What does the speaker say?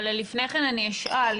לפני כן אני אשאל.